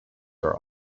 are